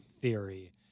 theory